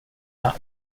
not